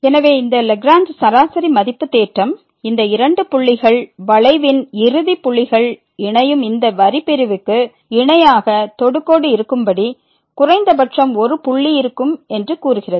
எனவே இந்த லாக்ரேஞ்ச் சராசரி மதிப்பு தேற்றம் இந்த இரண்டு புள்ளிகள் வளைவின் இறுதி புள்ளிகள் இணையும் இந்த வரி பிரிவுக்கு இணையாக தொடுகோடு இருக்கும்படி குறைந்தபட்சம் ஒரு புள்ளி இருக்கும் என்று கூறுகிறது